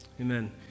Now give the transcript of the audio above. amen